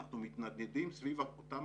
אנחנו מתנדנדים סביב אותם